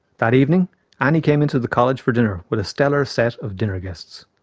that evening annie came into the college for dinner with a stellar set of dinner guests.